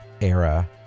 era